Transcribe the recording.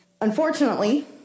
Unfortunately